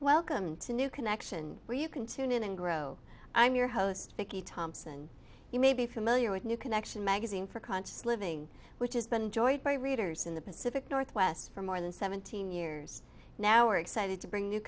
welcome to new connection where you can tune in and grow i'm your host vicky thompson you may be familiar with new connection magazine for conscious living which has been joined by readers in the pacific northwest for more than seventeen years now we're excited to bring a new